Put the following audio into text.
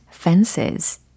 fences